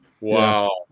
Wow